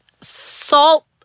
salt